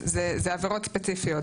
אז זה עבירות ספציפיות.